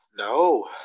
no